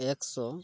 ᱮᱠᱥᱚ